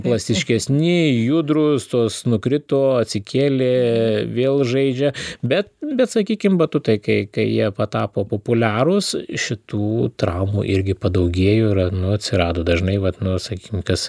plastiškesni judrūs tuos nukrito atsikėlė vėl žaidžia bet bet sakykim batutai kai kai jie patapo populiarūs šitų traumų irgi padaugėjo ir nu atsirado dažnai vat nu sakykim kas